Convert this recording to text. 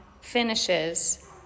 finishes